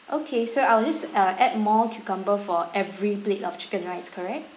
okay so I'll just uh add more cucumber for every plate of chicken rice correct